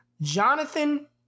Jonathan